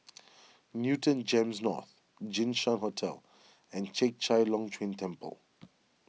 Newton Gems North Jinshan Hotel and Chek Chai Long Chuen Temple